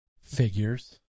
Figures